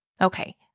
Okay